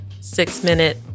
six-minute